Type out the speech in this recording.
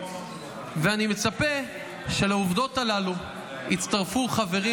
ואני מצפה שלעובדות הללו יצטרפו חברים